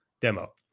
demo